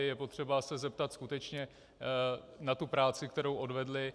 Je potřeba se zeptat skutečně na tu práci, kterou odvedli.